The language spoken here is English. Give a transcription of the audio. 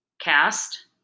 Cast